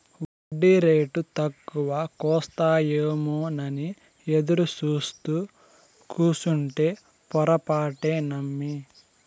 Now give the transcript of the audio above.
ఒడ్డీరేటు తక్కువకొస్తాయేమోనని ఎదురుసూత్తూ కూసుంటే పొరపాటే నమ్మి